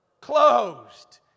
closed